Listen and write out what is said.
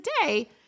today